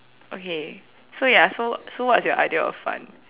okay so ya so so what is your idea of fun